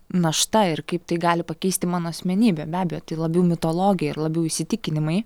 našta ir kaip tai gali pakeisti mano asmenybę be abejo tai labiau mitologija ir labiau įsitikinimai